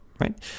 right